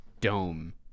dome